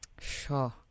Sure